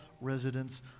residents